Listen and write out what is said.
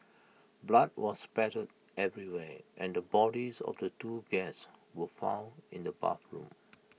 blood was spattered everywhere and the bodies of the two guests were found in the bathroom